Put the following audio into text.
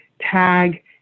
tag